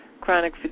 chronic